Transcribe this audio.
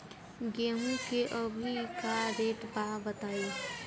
गेहूं के अभी का रेट बा बताई?